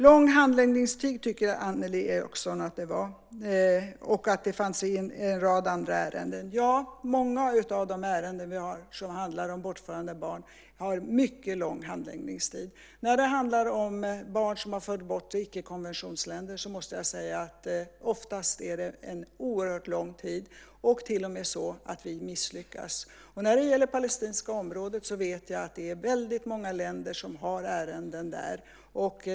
Lång handläggningstid tycker Annelie Enochson också att det var och att det fanns en rad andra ärenden. Ja, många av de ärenden vi har som handlar om bortförande av barn har en mycket lång handläggningstid. När det handlar om barn som förts bort till icke-konventionsländer måste jag säga att det oftast är en oerhört lång tid och till och med så att vi misslyckas. När det gäller det palestinska området vet jag att det är väldigt många länder som har ärenden där.